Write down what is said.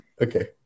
Okay